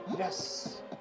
Yes